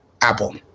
Apple